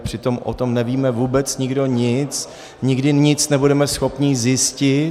Přitom o tom nevíme vůbec nikdo nic, nikdy nic nebudeme schopni zjistit.